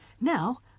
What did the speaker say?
Now